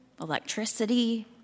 electricity